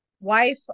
Wife